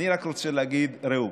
אני רק רוצה להגיד, ראו,